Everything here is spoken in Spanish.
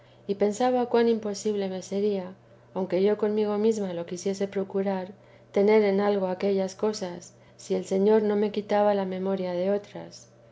y pensaba cuan imposible me sería aunque yo conmigo mesma lo quisiese procurar tener en algo aquellas cosas si el señor no me quitaba la memoria de otras